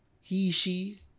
he/she